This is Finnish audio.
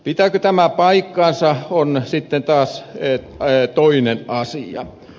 pitääkö tämä paikkansa on sitten taas toinen asia